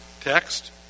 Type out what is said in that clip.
text